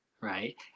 Right